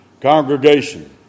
congregation